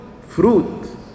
fruit